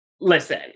listen